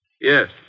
Yes